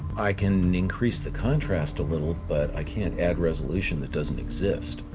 i can increase the contrast a little, but i can't add resolution that doesn't exist.